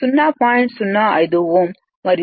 05 Ω మరియు 0